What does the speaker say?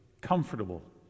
comfortable